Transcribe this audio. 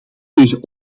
tegen